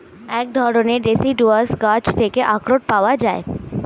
এক ধরণের ডেসিডুয়াস গাছ থেকে আখরোট পাওয়া যায়